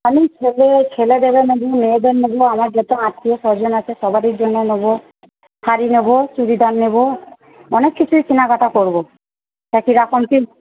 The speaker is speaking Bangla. আমি ছেলে ছেলেদেরও নেব মেয়েদের নেব আমার যত আত্মীয়স্বজন আছে সবারই জন্য নেব শাড়ি নেব চুড়িদার নেব অনেক কিছুই কেনাকাটা করব তা কীরকম কী